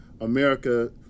America